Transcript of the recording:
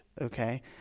okay